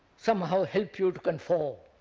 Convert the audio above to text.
somehow help you to conform.